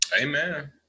Amen